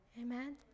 Amen